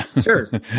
Sure